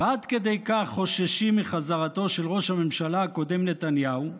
ועד כדי כך חוששים מחזרתו של ראש הממשלה הקודם נתניהו,